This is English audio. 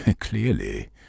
Clearly